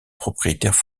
propriétaires